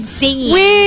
singing